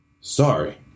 Sorry